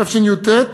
תשי"ט,